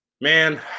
Man